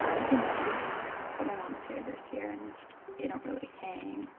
he came last year, but my mom's here this year, and they don't really hang,